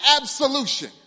absolution